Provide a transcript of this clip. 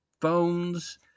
phones